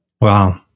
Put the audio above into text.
Wow